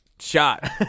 shot